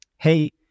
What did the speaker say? Hey